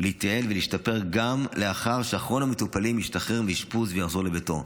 להתייעל ולהשתפר גם לאחר שאחרון המטופלים ישתחרר מאשפוז ויחזור לביתו.